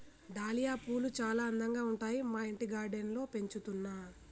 dahlia పూలు చాల అందంగా ఉంటాయి మా ఇంటి గార్డెన్ లో పెంచుతున్నా